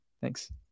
Thanks